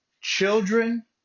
children